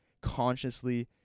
consciously